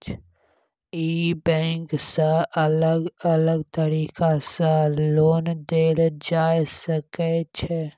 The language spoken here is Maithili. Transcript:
ई बैंक सँ अलग अलग तरीका सँ लोन देल जाए सकै छै